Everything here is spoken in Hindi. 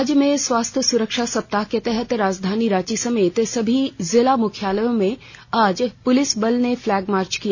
राज्य में स्वास्थ्य सुरक्षा सप्ताह के तहत राजधानी रांची समेत सभी जिला मुख्यालयों में आज पुलिस बल ने फ्लैग मार्च किया